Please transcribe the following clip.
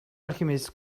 alchemist